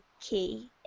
key